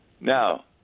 Now